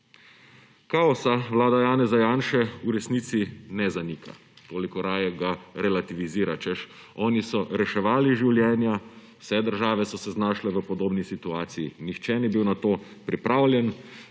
Kaosa vlada Janeza Janše v resnici ne zanika, toliko raje ga relativizira, češ, oni so reševali življenja, vse države so se znašle v podobni situaciji, nihče ni bil na to pripravljen,